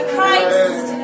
Christ